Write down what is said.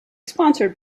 sponsored